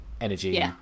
energy